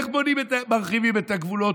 איך מרחיבים את הגבולות,